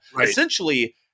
Essentially